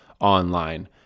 online